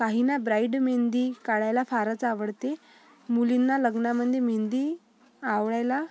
काहींना ब्राईड मेहंदी काढायला फारचं आवडते मुलींना लग्नांमध्ये मेहंदी आवडायला